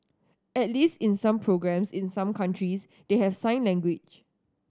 at least in some programmes in some countries they have sign language